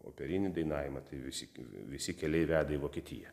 operinį dainavimą tai visi visi keliai veda į vokietiją